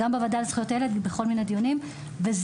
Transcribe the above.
גם בוועדה לזכויות הילד וזה הדבר המשמעותי.